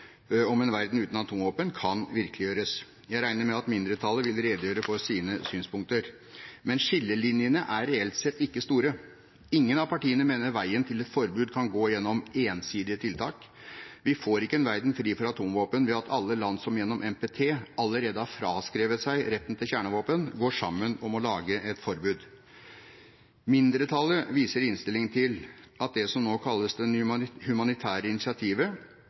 om en verden uten atomvåpen kan virkeliggjøres. Jeg regner med at mindretallet vil redegjøre for sine synspunkter. Men skillelinjene er reelt sett ikke store. Ingen av partiene mener veien til et forbud kan gå gjennom ensidige tiltak. Vi får ikke en verden fri for atomvåpen ved at alle land som gjennom NPT allerede har fraskrevet seg retten til kjernevåpen, går sammen om å lage et forbud. Mindretallet viser i innstillingen til at det som nå kalles det humanitære initiativet,